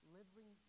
Living